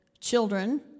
children